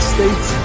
States